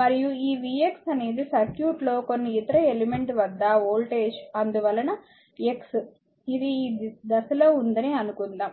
మరియు ఈ v x అనేది సర్క్యూట్ లో కొన్ని ఇతర ఎలిమెంట్ వద్ద వోల్టేజ్ అందువలన x ఇది ఈ దశలో ఉందని అనుకుందాం